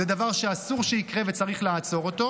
זה דבר שאסור שיקרה וצריך לעצור אותו,